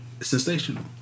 sensational